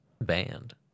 band